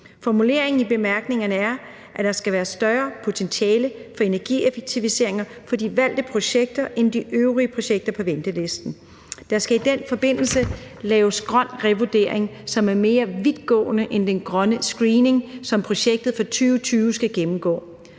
Formuleringen i bemærkningerne er, at der skal være et større potentiale for energieffektiviseringer for de valgte projekter end de øvrige projekter på ventelisten. Der skal i den forbindelse laves en grøn revurdering, som er mere vidtgående end den grønne screening, som projektet fra 2020 skal gennemgå.